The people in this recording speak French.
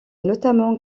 notamment